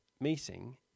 meeting